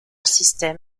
system